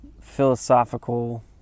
philosophical